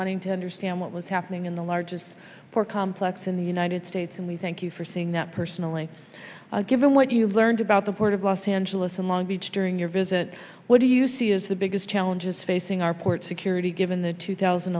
wanting to understand what was happening in the largest port complex in the united states and we thank you for saying that personally given what you learned about the port of los angeles in long beach during your visit what do you see is the biggest challenges facing our port security given the two thousand